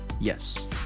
yes